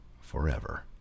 forever